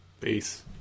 Peace